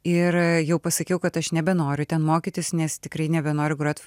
ir jau pasakiau kad aš nebenoriu ten mokytis nes tikrai nebenoriu grot